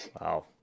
Wow